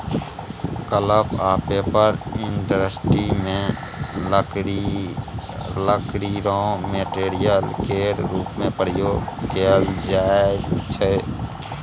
pulp आ paper industry मे लकड़ी राँ मेटेरियल केर रुप मे प्रयोग कएल जाइत छै